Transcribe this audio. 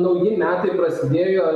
nauji metai prasidėjo